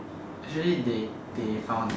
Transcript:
actually they they found